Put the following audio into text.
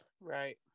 Right